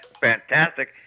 fantastic